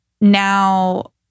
now